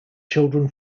children